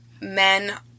men